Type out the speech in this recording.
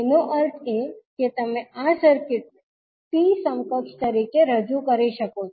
તેનો અર્થ એ કે તમે આ સર્કિટને T સમકક્ષ તરીકે રજૂ કરી શકો છો